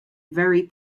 very